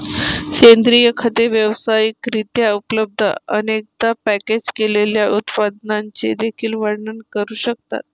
सेंद्रिय खते व्यावसायिक रित्या उपलब्ध, अनेकदा पॅकेज केलेल्या उत्पादनांचे देखील वर्णन करू शकतात